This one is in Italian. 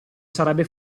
sarebbe